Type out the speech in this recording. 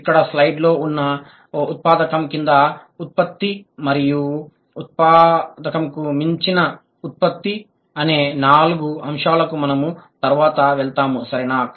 ఇక్కడ స్లైడ్ లో ఉన్న ఉత్పాదకం క్రింద ఉత్పత్తి ఎంపిక మరియు ఉత్పాదకంకు మించిన ఉత్పత్తి సృజనాత్మకత అనే నాలుగు అంశాలకు మనము తరువాత వెళ్తాము సరేనా